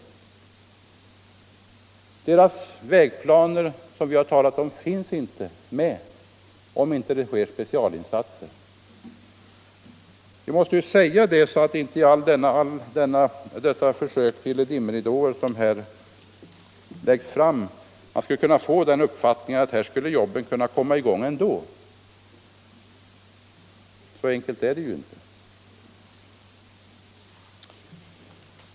Dessa vägplaner som vi har talat om kommer inte med om det inte sker specialinsatser. Jag måste säga det med hänsyn till alla dessa dimridåer som här läggs ut, ty man skulle annars kunna få den uppfattningen att dessa arbeten skulle kunna komma i gång ändå — så enkelt är det ju inte.